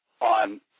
on